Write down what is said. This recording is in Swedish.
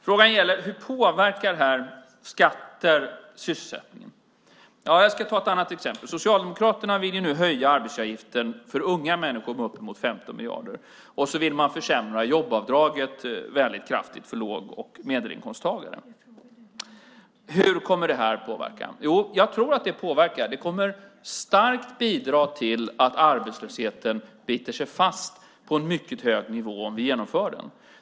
Frågan gäller: Hur påverkar skatter sysselsättningen? Jag ska ta ett annat exempel. Socialdemokraterna vill nu höja arbetsgivaravgiften för unga människor med uppemot 15 miljarder, och man vill försämra jobbavdraget väldigt kraftigt för låg och medelinkomsttagare. Hur kommer det här att påverka? Jo, jag tror att det påverkar. Det kommer att starkt bidra till att arbetslösheten biter sig fast på en mycket hög nivå om vi genomför det.